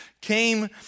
came